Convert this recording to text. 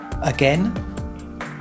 again